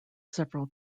several